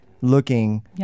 looking